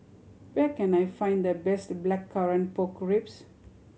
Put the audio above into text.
where can I find the best Blackcurrant Pork Ribs